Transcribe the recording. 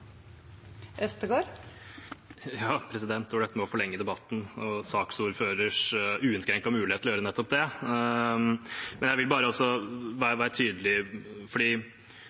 dette med å forlenge debatten og saksordførerens uinnskrenkede mulighet til å gjøre nettopp det. Men jeg vil bare være tydelig